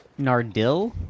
Nardil